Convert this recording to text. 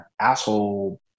asshole